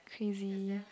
crazy ya